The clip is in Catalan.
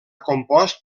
compost